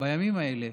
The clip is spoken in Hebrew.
בימים האלה,